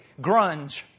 Grunge